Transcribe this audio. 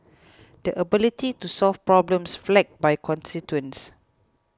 the ability to solve problems flagged by constituents